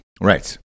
Right